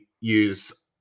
use